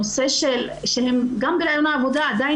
הנושא שגם בראיון העבודה הן עדיין